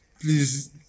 please